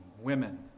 Women